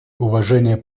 уважение